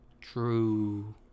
True